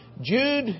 Jude